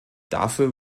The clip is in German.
dafür